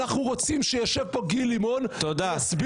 אנחנו רוצים שישב כאן גיל לימון ויסביר